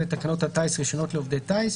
לתקנות הטיס (רישיונות לעובדי טיס),